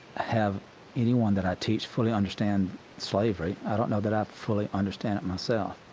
have anyone that i teach fully understand slavery. i don't know that i fully understand it myself.